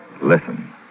Listen